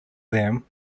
them